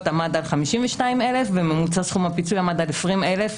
עמד 52,000 וממוצע סכום הפיצוי על 20,150,